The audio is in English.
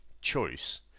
choice